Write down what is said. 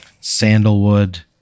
sandalwood